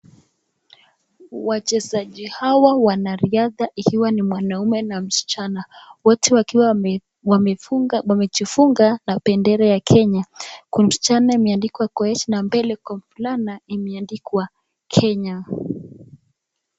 Wachezaji hawa wanariadha ikiwa ni mwanaume na msichana, wote wakiwa wamejifunga na bendera ya Kenya, kwenye msichana imeandikwa Koech na mbele Kwa mvulana imeandikwa Kenya.